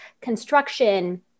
construction